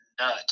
nut